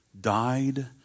died